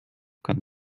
kann